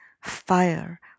fire